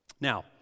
Now